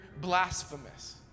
blasphemous